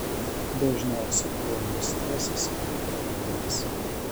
dažniausiai chroninis stresas veikia raumenis